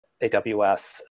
AWS